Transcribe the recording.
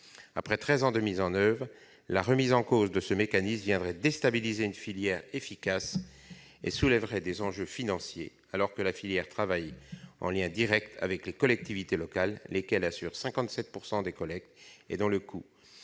Après treize ans de mise en oeuvre, sa remise en cause viendrait déstabiliser une filière efficace et soulèverait des enjeux financiers, alors que la filière travaille en lien direct avec les collectivités locales, lesquelles assurent 57 % des collectes dont les coûts